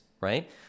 right